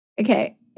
Okay